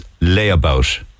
layabout